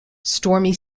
stormy